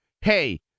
hey